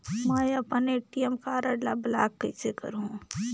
मै अपन ATM card ल ब्लाक कइसे करहूं?